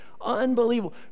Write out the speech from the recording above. unbelievable